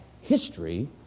history